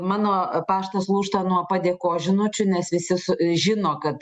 mano paštas lūžta nuo padėkos žinučių nes visi su žino kad